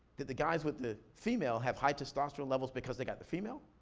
did the guys with the female have high testosterone levels because they got the female,